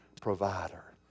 provider